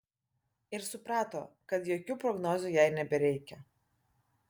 ir suprato kad jokių prognozių jai nebereikia